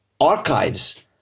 archives